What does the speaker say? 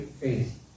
faith